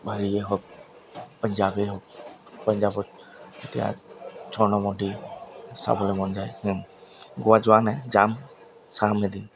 বা হেৰিয়ে হওক পঞ্জাৱেই হওক পঞ্জাৱত এতিয়া স্বৰ্ণ মন্দিৰ চাবলৈ মন যায় গোৱা যোৱা নাই যাম চাম এদিন